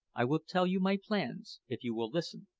i will tell you my plans if you will listen.